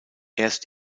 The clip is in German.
erst